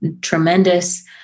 tremendous